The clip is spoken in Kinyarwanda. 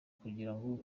kugirango